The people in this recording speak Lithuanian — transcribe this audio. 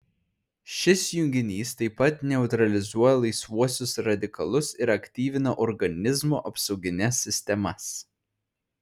šis junginys taip pat neutralizuoja laisvuosius radikalus ir aktyvina organizmo apsaugines sistemas